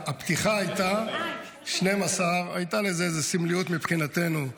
הפתיחה הייתה 12. הייתה למספר סמליות מבחינתנו,